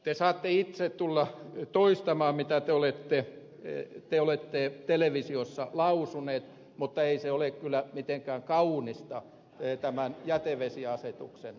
te saatte itse tulla toistamaan mitä te olette televisiossa lausuneet mutta ei se ole kyllä mitenkään kaunista tämän jätevesiasetuksen kannalta